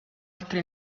altre